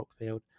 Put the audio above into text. Rockfield